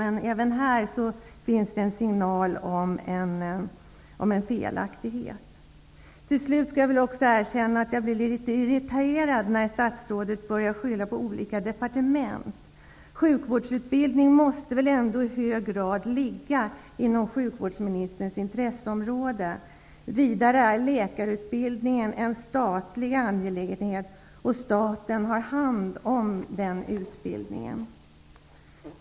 Även här finns det en felaktighet. Jag skall erkänna att jag blir litet irriterad när statsrådet börjar skylla på olika departement. Sjukvårdsutbildningen måste väl i hög grad ligga inom sjukvårdsministerns intresseområde. Vidare är läkarutbildningen en statlig angelägenhet, och staten har hand om den utbildningen.